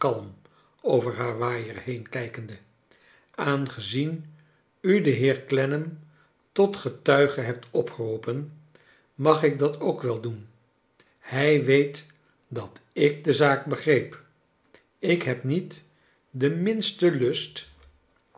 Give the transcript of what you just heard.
over haar waaier heenkijkende aangezien u den heer clennam tot getuige hebt opgeroepen mag ik dat ook wel doen hij weet dat ik de zaak begreep ik heb niet den minsten lust